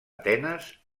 atenes